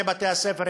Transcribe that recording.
שני בתי-הספר,